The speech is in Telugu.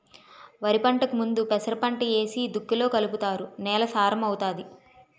వరిపంటకు ముందు పెసరపంట ఏసి దుక్కిలో కలుపుతారు నేల సారం అవుతాది